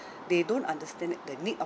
they don't understand it the need of